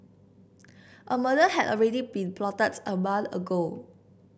a murder had already been plotted a month ago